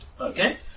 Okay